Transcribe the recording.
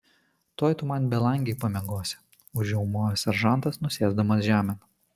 tuoj tu man belangėje pamiegosi užriaumojo seržantas nusėsdamas žemėn